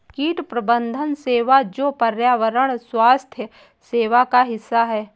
कीट प्रबंधन सेवा जो पर्यावरण स्वास्थ्य सेवा का हिस्सा है